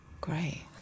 Great